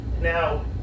now